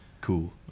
cool